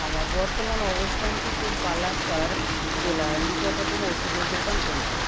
আমার বর্তমান অবস্থান থেকে পালাক্কাড় জেলার নিকটতম ওষুধের দোকান কোনটি